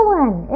one